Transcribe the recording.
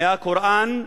מהקוראן,